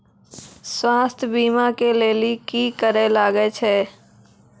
स्वास्थ्य बीमा के लेली की करे लागे छै?